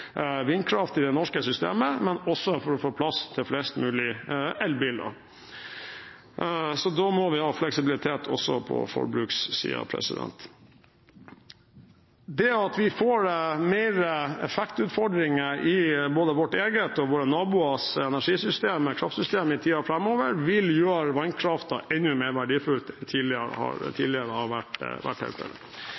vindkraft i det norske systemet og for å få plass til flest mulig elbiler. Da må vi ha fleksibilitet også på forbrukssiden. Det at vi får flere effektutfordringer i både vårt eget og våre naboers kraftsystemer i tiden framover, vil gjøre vannkraften enda mer verdifull enn den tidligere har